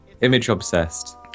image-obsessed